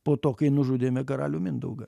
po to kai nužudėme karalių mindaugą